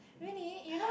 really you know